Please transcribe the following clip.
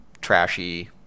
trashy